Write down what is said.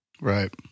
Right